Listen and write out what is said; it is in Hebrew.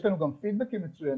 יש לנו גם פידבקים מצוינים,